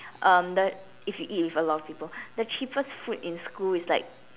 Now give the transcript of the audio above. um the if you eat with a lot of people the cheapest food in school is like